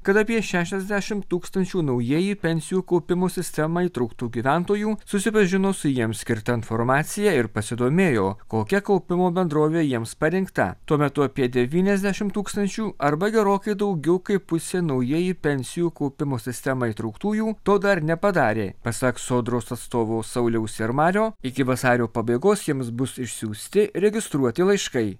kad apie šešiasdešimt tūkstančių naujieji pensijų kaupimo sistemą įtrauktų gyventojų susipažino su jiems skirta informacija ir pasidomėjo kokia kaupimo bendrovė jiems parinkta tuo metu apie devyniasdešimt tūkstančių arba gerokai daugiau kaip pusė naujieji pensijų kaupimo sistemą įtrauktųjų to dar nepadarė pasak sodros atstovo sauliaus ir mario iki vasario pabaigos jiems bus išsiųsti registruoti laiškai